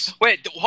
Wait